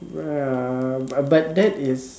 right but that is